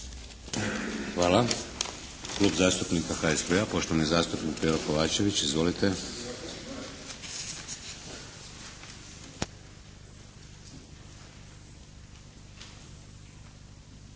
Hvala. Klub zastupnika HSP-a poštovani zastupnik Pero Kovačević. Izvolite.